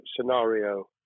scenario